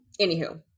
anywho